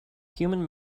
human